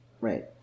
Right